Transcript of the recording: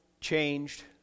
changed